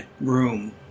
room